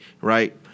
Right